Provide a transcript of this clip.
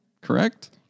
correct